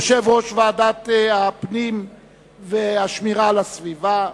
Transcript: יושב-ראש ועדת הפנים והגנת הסביבה.